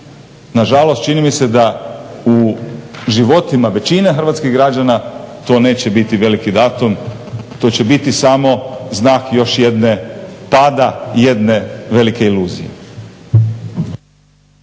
nažalost čini mi se da u životima većine hrvatskih građana to neće biti veliki datum, to će biti samo znak još jednog pada i jedne velike iluzije.